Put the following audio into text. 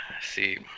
See